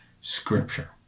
scripture